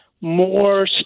more